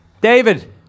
David